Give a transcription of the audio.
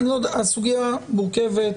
הסוגיה מורכבת.